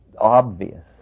obvious